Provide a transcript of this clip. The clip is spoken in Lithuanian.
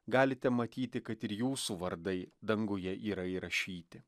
galite matyti kad ir jūsų vardai danguje yra įrašyti